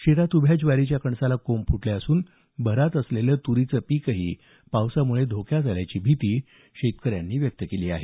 शेतात उभ्या ज्वारीच्या कणसाला कोंबं फुटले असून भरात असलेलं तूरीचं पीकही पावसानं धोक्यात आल्याची भीती शेतकऱ्यांनी व्यक्त केली आहे